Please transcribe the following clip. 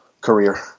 career